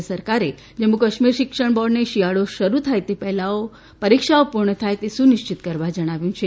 રાજ્ય સરકારે જમ્મુ કાશ્મીર શિક્ષણ બોર્ડને શિયાળો શરૂ થાય તે પહેલા પરીક્ષાઓ પૂર્ણ થાય તે સુનિશ્ચિત કરવા જણાવ્યું છે